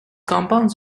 compounds